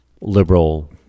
liberal